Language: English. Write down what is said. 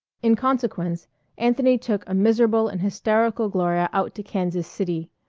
in consequence anthony took a miserable and hysterical gloria out to kansas city,